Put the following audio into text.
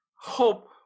hope